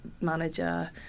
manager